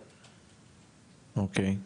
אוקי,